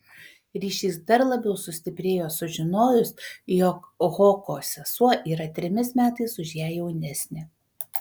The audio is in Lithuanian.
ryšys dar labiau sustiprėjo sužinojus jog hoko sesuo yra trimis metais už ją jaunesnė